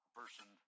person